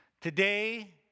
Today